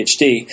PhD